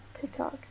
tiktok